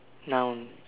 noun